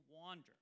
wander